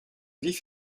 vif